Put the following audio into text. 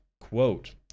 quote